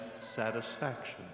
satisfaction